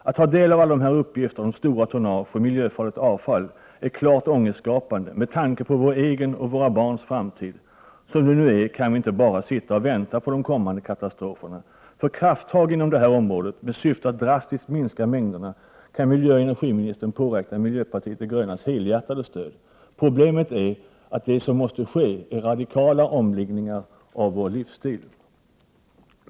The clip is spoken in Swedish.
Att ta del av alla dessa uppgifter om stora tonnage för miljöfarligt avfall är klart ångestskapande med tanke på vår egen och våra barns framtid. Som det nu är kan vi inte bara sitta och vänta på de kommande katastroferna. För krafttag inom detta område med syfte att drastiskt minska mängderna kan miljöoch energiministern påräkna miljöpartiet de grönas helhjärtade stöd. Problemet är att det som måste ske är radikala omläggningar av vår livsstil.